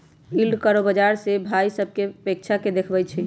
yield curve बाजार से भाइ सभकें अपेक्षा के देखबइ छइ